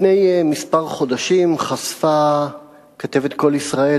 לפני כמה חודשים חשפה כתבת "קול ישראל"